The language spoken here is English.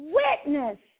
witness